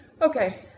Okay